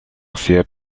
hacía